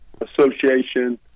association